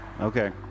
Okay